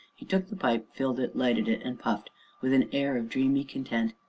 he took the pipe, filled it, lighted it, and puffed with an air of dreamy content.